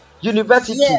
University